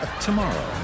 Tomorrow